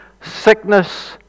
sickness